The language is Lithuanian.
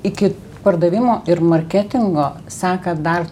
iki pardavimo ir marketingo seka dar